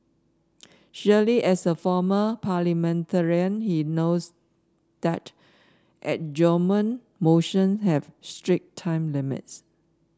surely as a former parliamentarian he knows that adjournment motion have strict time limits